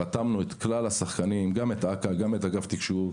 רתמנו את כלל השחקנים, את אכ"א, את אגף תקשוב,